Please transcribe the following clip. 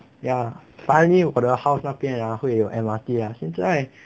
ya finally 我的 house 那边啊会有 M_R_T ah 现在